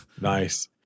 Nice